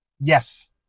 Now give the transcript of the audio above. Yes